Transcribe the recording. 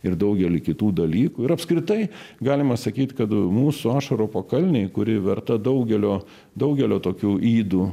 ir daugelį kitų dalykų ir apskritai galima sakyt kad mūsų ašarų pakalnėj kuri verta daugelio daugelio tokių ydų